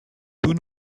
tout